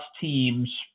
teams